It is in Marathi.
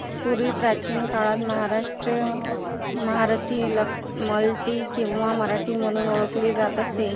पूर्वी प्राचीन काळात महाराष्ट्री महारथी मल्ती किंवा मराठी म्हणून ओळखली जात असे